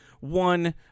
One